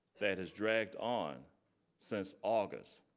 that has dragged on since august,